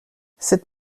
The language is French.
cette